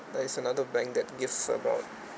there is another bank that gives about